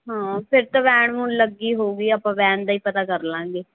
ਹਾਂ ਫਿਰ ਤਾਂ ਵੈਨ ਵੂਨ ਲੱਗੀ ਹੋਊਗੀ ਆਪਾਂ ਵੈਨ ਦਾ ਹੀ ਪਤਾ ਕਰ ਲਾਂਗੇ